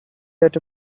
that